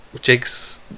Jake's